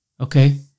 Okay